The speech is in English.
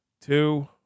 Two